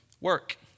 Work